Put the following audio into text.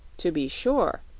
to be sure,